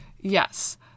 Yes